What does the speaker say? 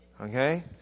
Okay